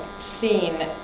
scene